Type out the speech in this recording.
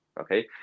okay